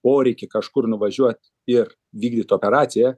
poreikį kažkur nuvažiuot ir vykdyt operaciją